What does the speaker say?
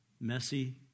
messy